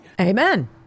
Amen